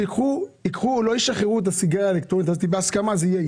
אני מציע שייקחו את הסיגריות האלקטרוניות החד פעמיות שהגיעו